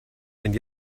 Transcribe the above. and